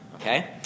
okay